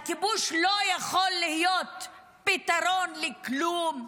שהכיבוש לא יכול להיות פתרון לכלום?